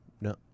No